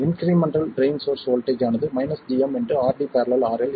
incremental drain source voltage ஆனது gmRD ║ RL vi